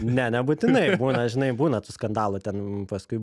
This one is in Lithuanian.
ne nebūtinai būna žinai būna tų skandalų ten paskui